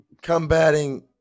combating